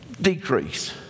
decrease